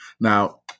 now